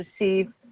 receive